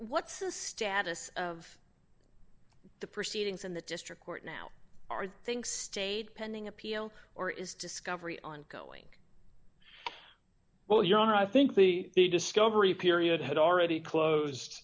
what's the status of the proceedings in the district court now are think stayed pending appeal or is discovery ongoing well your honor i think the discovery period had already closed